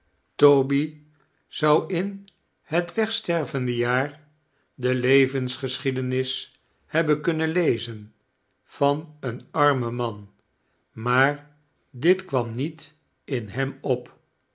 toby zou in het wegstei-vende jaar de levensgeschiedenis hebben knnnen lezen van een armen man maar dit kwam niet in hem op